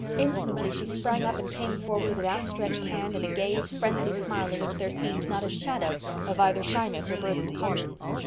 instantly she sprang up and came forward with outstretched hand and a gay, friendly smile in which there seemed not a shadow of either shyness or burdened conscience.